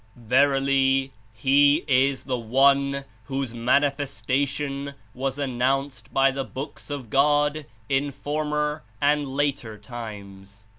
verily, he is the one whose mani festation was announced by the books of god in former and later times.